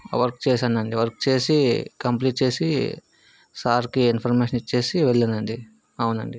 work చేశాను అండి work చేసి కంప్లీట్ చేసి సార్ కి ఇన్ఫర్మేషన్ ఇచ్చి వెళ్ళాను అండి అవును అండి